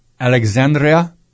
Alexandria